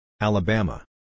Alabama